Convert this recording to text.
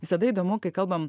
visada įdomu kai kalbam